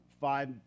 five